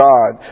God